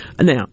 Now